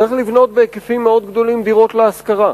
צריך לבנות בהיקפים מאוד גדולים דירות להשכרה.